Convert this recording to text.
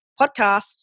Podcasts